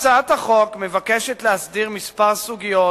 הצעת החוק מבקשת להסדיר כמה סוגיות